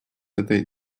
этой